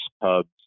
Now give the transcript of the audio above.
pubs